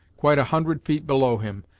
quite a hundred feet below him,